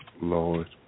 Lord